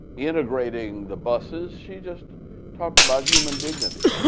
integrating the buses. she just talked about human dignity,